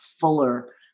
fuller